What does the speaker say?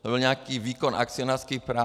Byl nějaký výkon akcionářských práv?